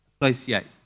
associate